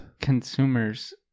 Consumers